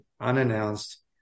unannounced